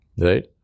Right